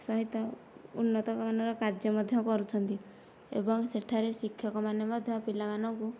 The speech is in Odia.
ସହିତ ଉନ୍ନତମାନର କାର୍ଯ୍ୟ ମଧ୍ୟ କରୁଛନ୍ତି ଏବଂ ସେଠାରେ ଶିକ୍ଷକମାନେ ମଧ୍ୟ ପିଲାମାନଙ୍କୁ